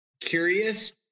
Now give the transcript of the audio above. curious